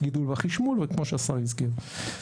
גידול בחשמול וכמו שהשר הזכיר.